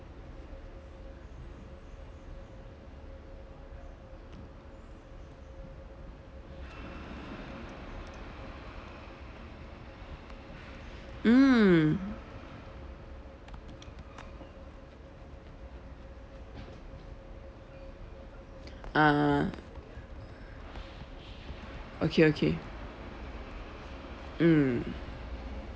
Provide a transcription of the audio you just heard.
mm ah okay okay mm